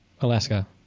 Alaska